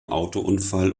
autounfall